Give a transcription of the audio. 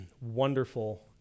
Wonderful